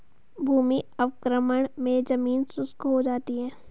भूमि अवक्रमण मे जमीन शुष्क हो जाती है